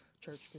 church